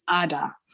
Ada